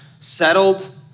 settled